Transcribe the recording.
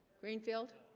greenfield